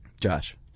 Josh